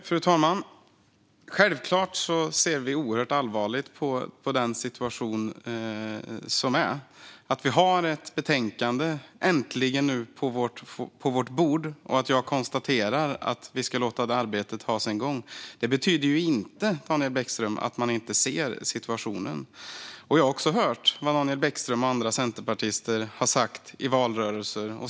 Fru talman! Självklart ser vi oerhört allvarligt på den situation som är. Att vi äntligen har ett betänkande på vårt bord och att jag konstaterar att vi ska låta det arbetet ha sin gång betyder inte, Daniel Bäckström, att vi inte ser situationen. Jag har också hört vad Daniel Bäckström och andra centerpartister har sagt i valrörelser.